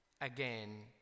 Again